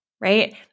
right